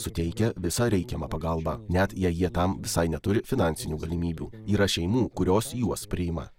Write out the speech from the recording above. suteikia visą reikiamą pagalbą net jei jie tam visai neturi finansinių galimybių yra šeimų kurios juos priima